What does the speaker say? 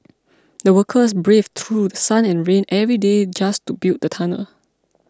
the workers braved through sun and rain every day just to build the tunnel